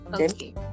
okay